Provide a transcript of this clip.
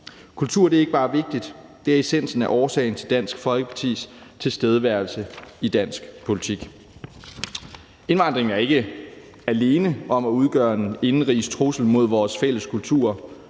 Kultur er ikke bare vigtigt, det er essensen af årsagen til Dansk Folkepartis tilstedeværelse i dansk politik. Indvandring er ikke alene om at udgøre en trussel indenrigs mod vores fælles kultur,